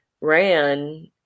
ran